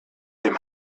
dem